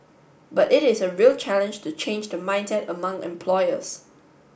but it is a real challenge to change the mindset among employers